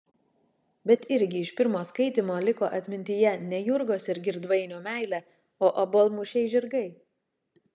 bet irgi iš pirmo skaitymo liko atmintyje ne jurgos ir girdvainio meilė o obuolmušiai žirgai